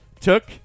took